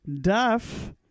Duff